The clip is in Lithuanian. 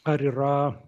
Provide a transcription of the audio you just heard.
ar yra